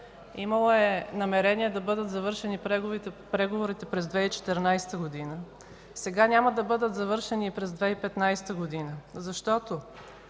имало е намерение да бъдат завършени преговорите през 2014 г. Сега няма да бъдат завършени и през 2015 г., защото